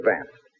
advanced